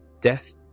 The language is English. death